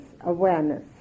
awareness